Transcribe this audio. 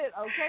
okay